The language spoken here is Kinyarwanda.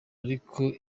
ariko